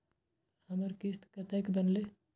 हमर किस्त कतैक बनले?